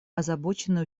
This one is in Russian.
озабочены